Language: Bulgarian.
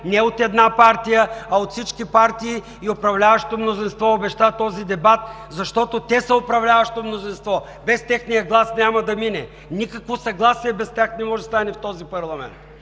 не от една партия, а от всички партии! И управляващото мнозинство обеща този дебат, защото те са управляващо мнозинство – без техния глас няма да мине! Никакво съгласие без тях не може да стане в този парламент!